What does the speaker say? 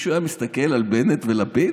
מישהו היה מסתכל על בנט ולפיד?